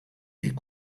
est